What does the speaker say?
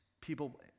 people